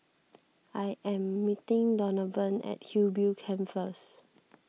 I am meeting Donavan at Hillview Camp first